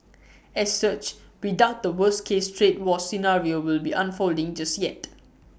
as such we doubt the worst case trade war scenario will be unfolding just yet